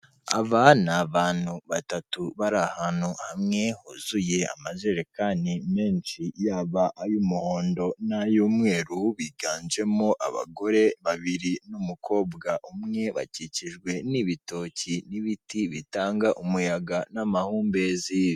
Aba ni abantu batatu bari ahantu hamwe huzuye amajerekani menshi yaba ay'umuhondo n'ay'umweru biganjemo abagore babiri n'umukobwa umwe bakikijwe n'ibitoki n'ibiti bitanga umuyaga n'amahumbezi.